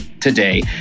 today